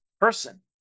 person